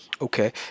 Okay